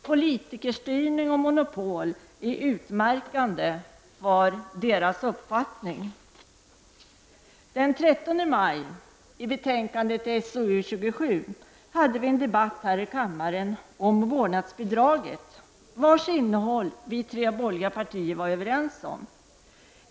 Politikerstyrning och monopol är utmärkande för deras uppfattning. Den 30 maj hade vi en debatt här i kammaren med anledning av betänkandet SoU 27 om vårdnadsbidraget, vars innehåll de tre borgerliga partierna var överens om.